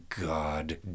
God